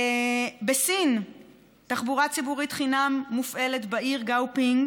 בסין תחבורה ציבורית חינם מופעלת בעיר גאופינג